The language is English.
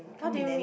what do you mean